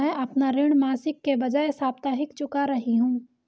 मैं अपना ऋण मासिक के बजाय साप्ताहिक चुका रही हूँ